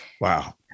Wow